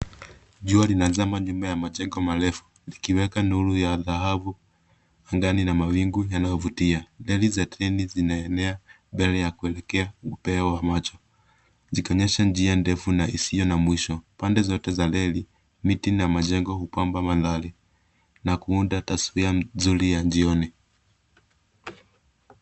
Jua linazama nyuma ya majengo marefu, likiweka nuru ya dhahabu angani na mawingu yanaovutia. Gari za treni zinaenea mbele yakuelekea upeo wa macho zikionyesha njia ndefu na hisio na mwisho, pande zote za reli miti na majengo upamba maandari na kuunda taswira nzuri ya jioni.